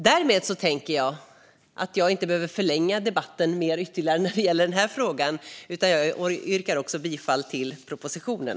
Därmed tänker jag att jag inte behöver förlänga debatten ytterligare när det gäller den här frågan, utan jag yrkar bifall till propositionen.